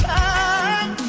time